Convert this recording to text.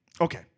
Okay